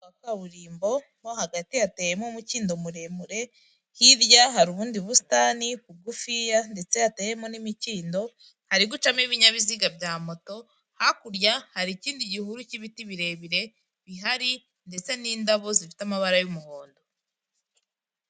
Kaburimbo mo hagati yateyemo umukindo muremure hirya hari ubundi busitani bugufiya ndetse hateyemo n'imikindo, hari gucamo ibinyabiziga bya moto hakurya hari ikindi gihuru cy'ibiti birebire bihari ndetse n'indabo zifite amabara y'umuhondo.